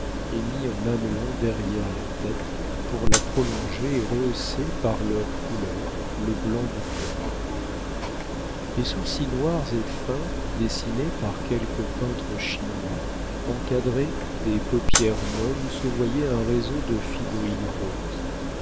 et mis en mamelon derrière la tête pour la prolonger et rehausser par leur couleur le blanc du col des sourcils noirs et fins dessinés par quelque peintre chinois encadraient des paupières molles où se voyait un réseau de fibrilles roses